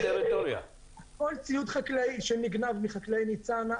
הכול מציוד חקלאי שנגנב מחקלאי ניצנה,